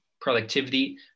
productivity